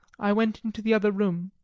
i went into the other room.